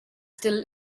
still